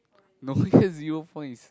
no because you phone is